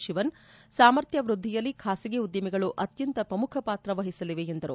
ಶಿವನ್ ಸಾಮರ್ಥ್ಯವೃದ್ವಿಯಲ್ಲಿ ಖಾಸಗಿ ಉದ್ದಿಮೆಗಳು ಅತ್ತಂತ ಪ್ರಮುಖ ಪಾತ್ರ ವಹಿಸಲಿವೆ ಎಂದರು